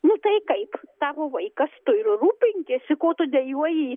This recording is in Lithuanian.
nu tai kaip tavo vaikas tu ir rūpinkis ko tu dejuoji jei